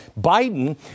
Biden